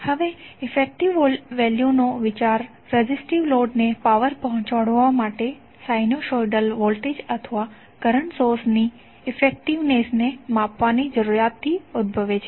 હવે ઇફેકટીવ વેલ્યુનો વિચાર રેજિસ્ટિવ લોડ ને પાવર પહોંચાડવા માટે સાઈનુસોઇડલ વોલ્ટેજ અથવા કરંટ સોર્સ ની ઇફેકટીવનેસ ને માપવાની જરૂરિયાતથી ઉદભવે છે